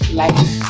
life